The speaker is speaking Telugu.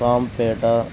పామపేట